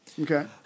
Okay